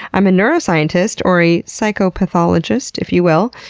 i'm a neuroscientist, or a psychopathologist, if you will.